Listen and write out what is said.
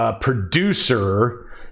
producer